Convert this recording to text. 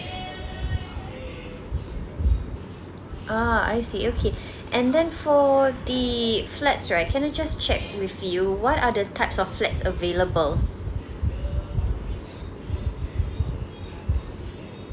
ah I see okay and then for the flats right can I just check with you what are the types of flats available